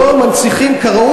הוא לא יום פוליטי.